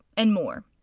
and more.